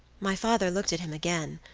my father looked at him again,